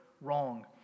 wrong